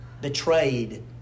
betrayed